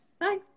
Bye